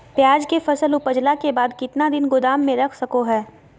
प्याज के फसल उपजला के बाद कितना दिन गोदाम में रख सको हय?